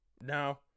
No